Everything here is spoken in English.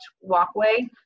walkway